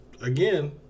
Again